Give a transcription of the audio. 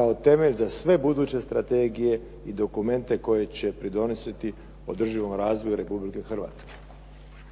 kao temelj za sve buduće strategije i dokumente koji će pridonositi održivom razvoju Republike Hrvatske".